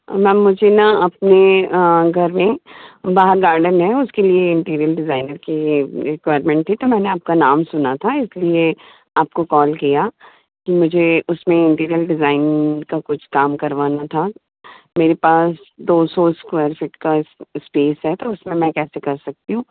ma'am मुझे ना अपने घर में बाहर गार्डन है उसके लिए इन्टीरीअर डिज़ाइनर के रिक्वाइर्मन्ट थी तो मैंने आपका नाम सुना था इस लिए आपको कॉल किया कि मुझे उस में इंटीरियर डिज़ाइन का कुछ काम करवाना था मेरे पास दौ सो सक्यूएर फिट की स्पेस है तो उस में मैं कैसे कर सकती हूँ